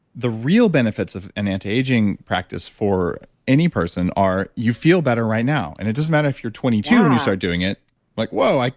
the real benefits of an anti-aging practice for any person are you feel better right now and it doesn't matter if you're twenty two when you start doing it like, whoa, like